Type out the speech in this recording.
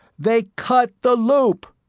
they cut the loop!